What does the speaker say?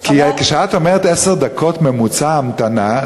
כשאת אומרת עשר דקות ממוצע המתנה,